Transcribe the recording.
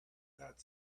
that